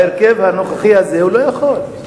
בהרכב הנוכחי הזה הוא לא יכול.